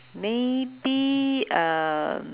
maybe um